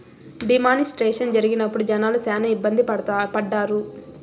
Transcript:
D మానిస్ట్రేషన్ జరిగినప్పుడు జనాలు శ్యానా ఇబ్బంది పడ్డారు